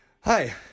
hi